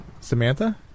Samantha